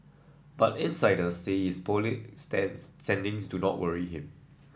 but insiders says his poll stands standings do not worry him